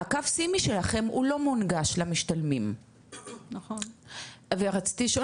ה'קו סימי'' שלכם הוא לא מונגש למשתלמים ורציתי לשאול